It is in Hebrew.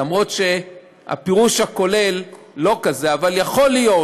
למרות שהפירוש הכולל לא כזה אבל יכול להיות